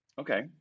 Okay